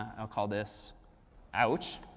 i'll call this ouch.